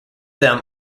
them